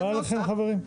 מקובל עליכם, חברים?